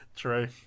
True